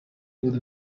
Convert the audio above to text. claude